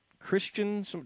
Christian